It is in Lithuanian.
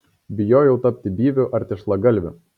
bijojau tapti byviu ar tešlagalviu